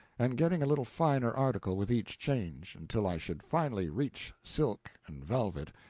and getting a little finer article with each change, until i should finally reach silk and velvet,